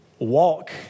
Walk